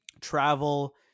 travel